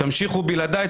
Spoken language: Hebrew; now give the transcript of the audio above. תמשיכו בלעדיי.